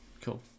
Cool